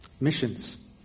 Missions